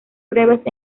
breves